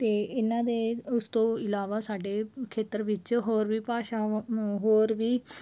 ਅਤੇ ਇਹਨਾਂ ਦੇ ਉਸ ਤੋਂ ਇਲਾਵਾ ਸਾਡੇ ਖੇਤਰ ਵਿੱਚ ਹੋਰ ਵੀ ਭਾਸ਼ਾਵਾਂ ਹੋਰ ਵੀ